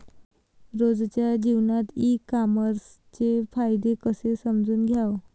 रोजच्या जीवनात ई कामर्सचे फायदे कसे समजून घ्याव?